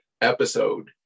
episode